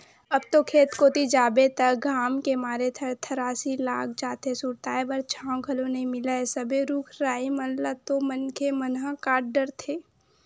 अब तो खेत कोती जाबे त घाम के मारे थरथरासी लाग जाथे, सुरताय बर छांव घलो नइ मिलय सबे रुख राई मन ल तो मनखे मन ह काट डरथे